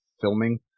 filming